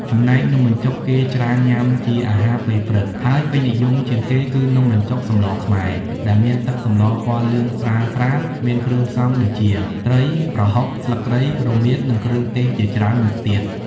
ចំណែកនំបញ្ចុកគេច្រើនញាំជាអាហារពេលព្រឹក ហើយពេញនិយមជាងគេគឺ នំបញ្ចុកសម្លរខ្មែរ ដែលមានទឹកសម្លរពណ៌លឿងស្រាលៗ មានគ្រឿងផ្សំដូចជា ត្រី ប្រហុក ស្លឹកគ្រៃ រមៀត និងគ្រឿងទេសជាច្រើនមុខទៀត ។